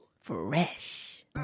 fresh